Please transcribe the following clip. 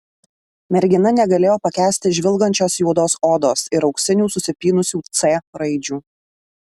mergina negalėjo pakęsti žvilgančios juodos odos ir auksinių susipynusių c raidžių